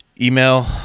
email